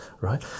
right